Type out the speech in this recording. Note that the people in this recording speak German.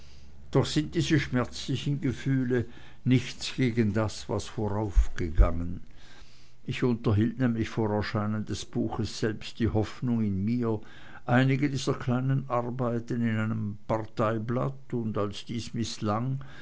doch sind diese schmerzlichen gefühle nichts gegen das was voraufgegangen ich unterhielt nämlich vor erscheinen des buches selbst die hoffnung in mir einige dieser kleinen arbeiten in einem parteiblatt und als dies mißlang